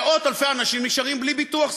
ומאות-אלפי אנשים נשארים בלי ביטוח סיעודי.